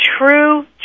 true